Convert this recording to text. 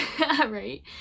right